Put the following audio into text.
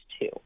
two